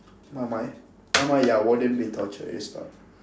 my mind my mind ya wouldn't be torture it's not